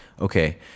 okay